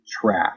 trap